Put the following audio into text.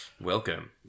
Welcome